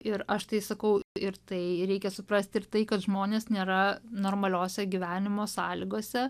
ir aš tai sakau ir tai reikia suprasti ir tai kad žmonės nėra normaliose gyvenimo sąlygose